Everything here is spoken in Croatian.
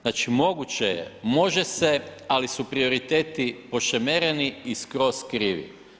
Znači moguće je, može se ali su prioriteti pošemereni i skroz krivi.